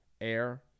air